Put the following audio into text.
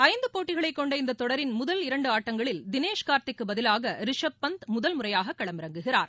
ஐந்து போட்டிகளைக் கொண்ட இந்த தொடரின் முதல் இரண்டு ஆட்டங்களில் தினேஷ் கார்த்திக்கு பதிலாக ரிஷப் பந்த் முதல் முறையாக களமிறங்குகிறார்